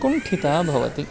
कुण्ठिता भवति